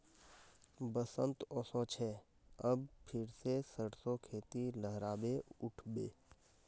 बसंत ओशो छे अब फिर से सरसो खेती लहराबे उठ बे